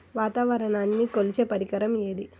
వాతావరణాన్ని కొలిచే పరికరం ఏది?